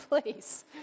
please